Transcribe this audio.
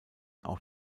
auch